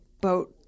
boat